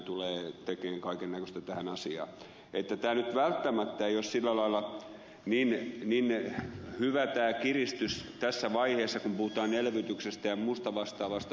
tulee tekemään kaikennäköistä tähän asiaan että nyt välttämättä ei ole sillä lailla niin hyvä tämä kiristys tässä vaiheessa kun puhutaan elvytyksestä ja muusta vastaavasta